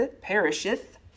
perisheth